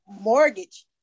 mortgage